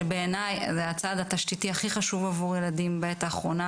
שבעיניי זה הצעד התשתיתי הכי חשוב עבור ילדים בעת האחרונה,